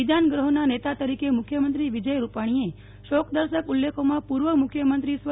વિધાનગૃહના નેતા તરીકે મુખ્યમંત્રી વિજય રૂપાણીએ શોકદર્શક ઉલ્લેખોમાં પૂર્વ મુખ્યમંત્રી સ્વ